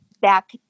back